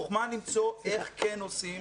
החוכמה למצוא איך כן עושים,